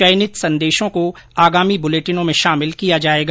चयनित संदेशों को आगामी बुलेटिनों में शामिल किया जाएगा